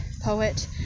poet